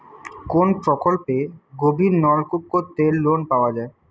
কোন প্রকল্পে গভির নলকুপ করতে লোন পাওয়া য়ায়?